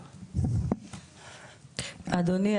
אדוני,